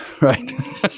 right